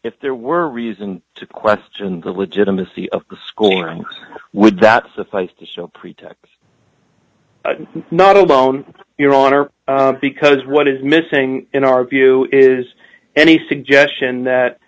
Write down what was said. if there were a reason to question the legitimacy of the schooling with that suffice to show pretax not alone your honor because what is missing in our view is any suggestion that